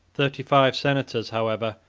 thirty-five senators, however,